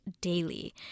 daily